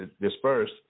dispersed